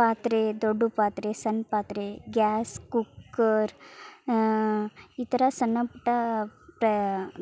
ಪಾತ್ರೆ ದೊಡ್ಡ ಪಾತ್ರೆ ಸಣ್ಣ ಪಾತ್ರೆ ಗ್ಯಾಸ್ ಕುಕ್ಕರ್ ಈ ಥರ ಸಣ್ಣಪುಟ್ಟ ಪ್ರ